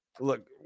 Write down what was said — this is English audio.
Look